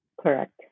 Correct